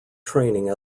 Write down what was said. training